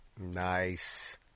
Nice